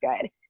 good